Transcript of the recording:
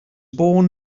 born